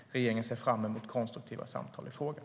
Regeringen ser fram emot konstruktiva samtal i frågan.